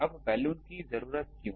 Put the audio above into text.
अब बलून की जरूरत क्यों